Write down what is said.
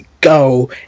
go